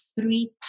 three